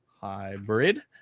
hybrid